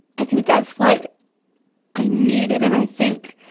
i think that's what i needed and i think,